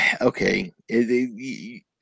okay